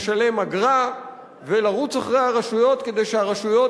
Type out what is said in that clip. לשלם אגרה ולרוץ אחרי הרשויות כדי שהרשויות